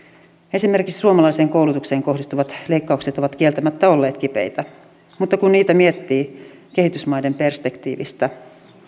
esimerkiksi suomalaiseen koulutukseen kohdistuvat leikkaukset ovat kieltämättä olleet kipeitä mutta kun niitä miettii kehitysmaiden perspektiivistä